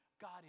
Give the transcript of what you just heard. God